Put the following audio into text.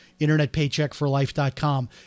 internetpaycheckforlife.com